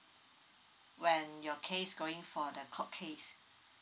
when your case going for the court case